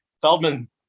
Feldman